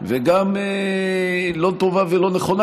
וגם לא טובה ולא נכונה,